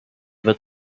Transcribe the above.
wird